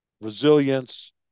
resilience